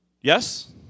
Yes